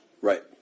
Right